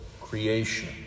creation